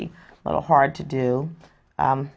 be a little hard to do